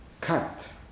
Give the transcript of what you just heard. cut